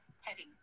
heading